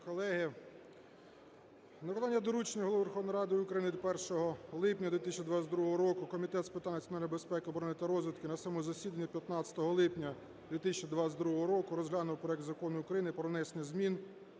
колеги! На виконання доручення Голови Верховної Ради України від 1 липня 2022 року Комітет з питань національної безпеки, оборони та розвідки на своєму засіданні 15 липня 2022 року розглянув проект Закону України про внесення змін